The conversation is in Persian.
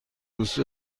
دوست